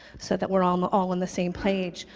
so that we're um all on the same page,